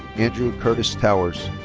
andrew curtis towers.